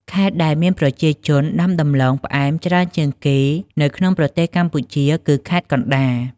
ខេត្តដែលមានប្រជាជនដាំដំឡូងផ្អែមច្រើនជាងគេនៅក្នុងប្រទេសកម្ពុជាគឺខេត្តកណ្ដាល។